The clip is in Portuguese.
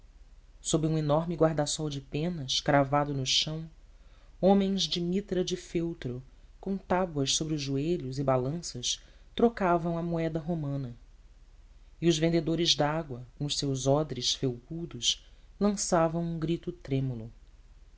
sob um enorme guarda-sol de penas cravado no chão homens de mitra de feltro com tábuas sobre os joelhos e balanças trocavam a moeda romana e os vendedores de água com os seus odres felpudos lançavam um grito trêmulo